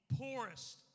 poorest